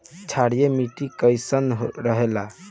क्षारीय मिट्टी कईसन रहेला?